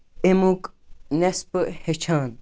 اَمیُک نیسفہٕ ہٮ۪چھان